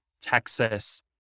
texas